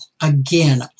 Again